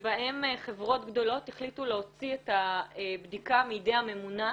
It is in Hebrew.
שבהם חברות גדולות החליטו להוציא את הבדיקה מידי הממונה,